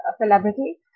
celebrity